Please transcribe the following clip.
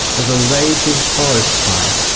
of a raging forest fire.